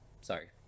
Sorry